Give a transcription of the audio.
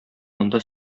монда